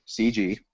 CG